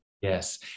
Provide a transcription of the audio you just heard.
Yes